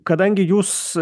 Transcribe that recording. kadangi jūs